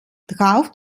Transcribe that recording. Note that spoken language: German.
drauf